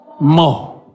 more